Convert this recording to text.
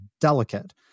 delicate